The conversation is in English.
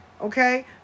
Okay